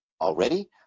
already